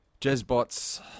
Jezbot's